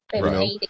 Right